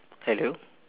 hello